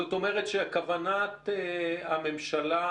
זאת אומרת שכוונת הממשלה